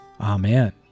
Amen